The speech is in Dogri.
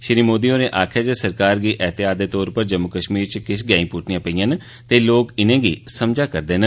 श्री मोदी होरें आखेआ जे सरकार गी एहतियात दे तौर उप्पर जम्मू कश्मीर च किश गैंहीं पुट्टनियां पेईआं न ते लोक इनें'गी समझा करदे न